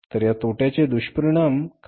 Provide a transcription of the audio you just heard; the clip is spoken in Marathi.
तर या तोट्याचे दुष्परिणाम काय